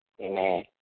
Amen